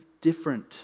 different